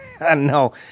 No